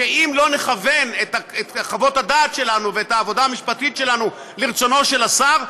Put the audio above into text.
שאם לא נכוון את חוות הדעת שלנו ואת העבודה המשפטית שלנו לרצונו של השר,